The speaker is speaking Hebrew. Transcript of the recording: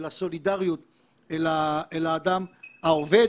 לסולידריות ולאדם העובד,